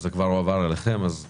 זה כבר הועבר אליכם, אז לשימושכם.